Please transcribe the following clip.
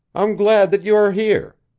i'm glad that you are here.